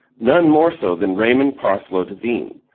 none more so than raymond parsloe devine,